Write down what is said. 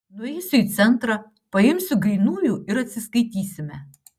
nueisiu į centrą paimsiu grynųjų ir atsiskaitysime